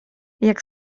jak